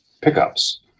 pickups